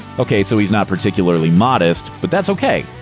okay, so he's not particularly modest, but that's okay.